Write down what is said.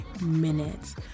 minutes